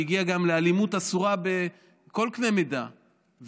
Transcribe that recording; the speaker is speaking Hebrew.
שהגיעה גם לאלימות אסורה בכל קנה מידה,